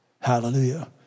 Hallelujah